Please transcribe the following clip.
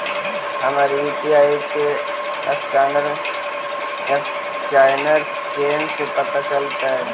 हमर यु.पी.आई के असकैनर कने से पता चलतै?